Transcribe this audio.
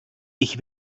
ich